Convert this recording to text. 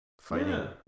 Fighting